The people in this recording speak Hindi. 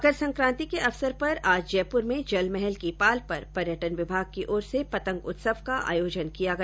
मकर सक्रांति के अवसर पर आज जयपुर में जलमहल की पाल पर पर्यटन विभाग की ओर से पतंग उत्सव का आयोजन किया गया